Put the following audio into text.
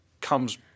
comes